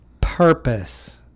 purpose